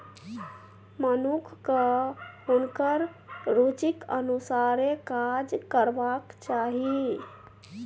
मनुखकेँ हुनकर रुचिक अनुसारे काज करबाक चाही